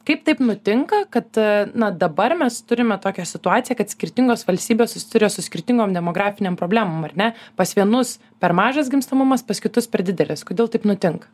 kaip taip nutinka kad na dabar mes turime tokią situaciją kad skirtingos valstybės susiduria su skirtingom demografinėm problemom ar ne pas vienus per mažas gimstamumas pas kitus per didelis kodėl taip nutinka